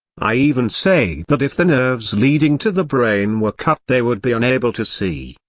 i even say that if the nerves leading to the brain were cut they would be unable to see,